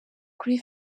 kuri